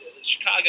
Chicago